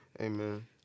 Amen